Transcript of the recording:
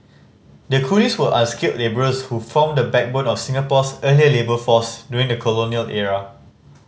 the coolies were unskilled labourers who formed the backbone of Singapore's earlier labour force during the colonial era